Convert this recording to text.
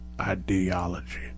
ideology